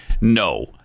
No